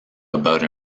about